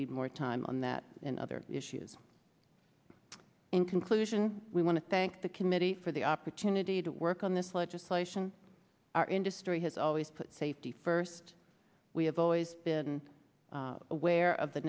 do more time on that in other issues in conclusion we want to thank the committee for the opportunity to work on this legislation our industry has always put safety first we have always been aware of the